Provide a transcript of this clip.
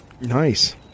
Nice